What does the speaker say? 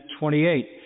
28